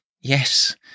Yes